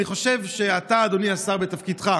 אני חושב, אתה, אדוני השר, בתפקידך,